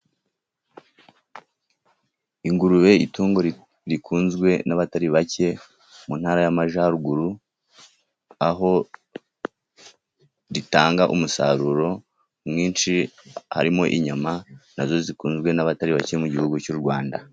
Ingurube, itungo rikunzwe n'abatari bake mu ntara y'Amajyaruguru, aho ritanga umusaruro mwinshi, harimo inyama, nazo zikunzwe n'abatari bake mu gihugu cy'u Rwanda.